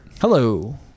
Hello